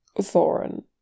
Thorin